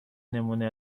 نمونه